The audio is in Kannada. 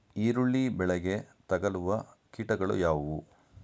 ಈರುಳ್ಳಿ ಬೆಳೆಗೆ ತಗಲುವ ಕೀಟಗಳು ಯಾವುವು?